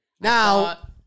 Now